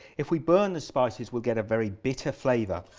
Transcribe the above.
if we burn the spices we get a very bitter flavour.